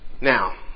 Now